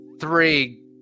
three